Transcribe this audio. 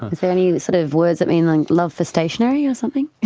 is there any sort of words that mean like love for stationery or something?